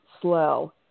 slow